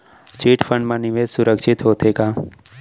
Chit fund मा निवेश सुरक्षित होथे का?